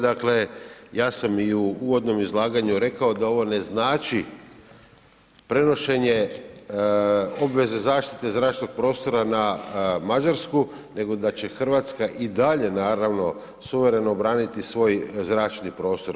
Dakle, ja sam i u uvodnom izlaganju rekao da ovo ne znači prenošenje obveze zaštite zračnog prostora na Mađarsku, nego da će Hrvatska i dalje naravno suvereno braniti svoj zračni prostor.